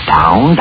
Down